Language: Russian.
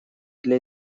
для